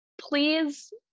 Please